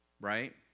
right